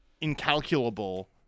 incalculable